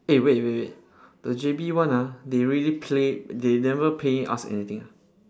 eh wait wait wait the J_B one ah they really play they never paying us anything ah